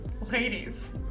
ladies